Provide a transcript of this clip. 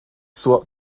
zur